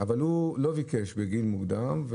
אבל הוא לא ביקש בגיל מוקדם,